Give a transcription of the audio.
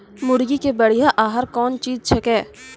मुर्गी के बढ़िया आहार कौन चीज छै के?